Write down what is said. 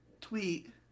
tweet